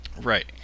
Right